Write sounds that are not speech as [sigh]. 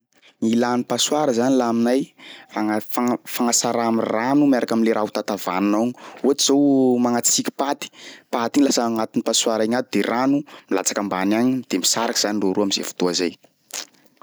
Ny ilÃ ny passoir zany laha aminay, fagna- fagna- fagnasaraha am'rano miaraka am'le raha hotatavanina ao [noise] ohatsy zao magnatsiky paty, paty igny lasa agnatin'ny passoir igny aby de rano milatsaka ambany agny de misaraky zany [noise] reo roa am'zay fotoa zay. [noise]